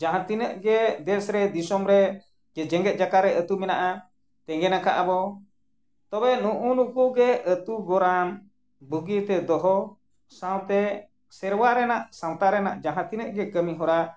ᱡᱟᱦᱟᱸ ᱛᱤᱱᱟᱹᱜ ᱜᱮ ᱫᱮᱥ ᱨᱮ ᱫᱤᱥᱚᱢ ᱨᱮ ᱡᱮ ᱡᱮᱜᱮᱫ ᱡᱟᱠᱟᱛ ᱨᱮ ᱟᱛᱳ ᱢᱮᱱᱟᱜᱼᱟ ᱛᱮᱸᱜᱮᱱᱟᱠᱟᱜ ᱟᱵᱚ ᱛᱚᱵᱮ ᱱᱩᱜᱼᱩ ᱱᱩᱠᱩ ᱜᱮ ᱟᱛᱳ ᱜᱚᱨᱟᱢ ᱵᱩᱜᱤ ᱛᱮ ᱫᱚᱦᱚ ᱥᱟᱶᱛᱮ ᱥᱮᱨᱣᱟ ᱨᱮᱱᱟᱜ ᱥᱟᱶᱛᱟ ᱨᱮᱱᱟᱜ ᱡᱟᱦᱟᱸ ᱛᱤᱱᱟᱹᱜ ᱜᱮ ᱠᱟᱹᱢᱤ ᱦᱚᱨᱟ